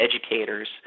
educators